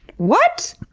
what?